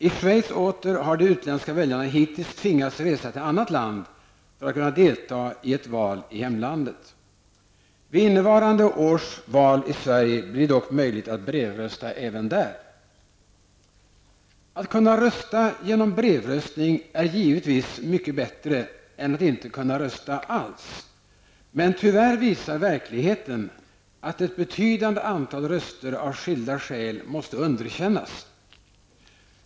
I Schweiz har åter de utländska väljarna hittills tvingats resa till annat land för att kunna delta i ett val i hemlandet. Vid innevarande års val i Sverige blir det dock möjligt att brevrösta även där. Att kunna rösta genom brevröstning är givetvis mycket bättre än att inte kunna rösta alls, men tyvärr visar verkligheten att ett betydande antal röster av skilda skäl måste underkännas.